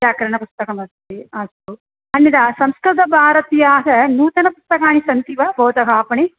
व्याकरणपुस्तकमस्ति अस्तु अन्यथा संस्कृतभारत्याः नूतनपुस्तकानि सन्ति वा भवतः आपणे